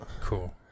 Cool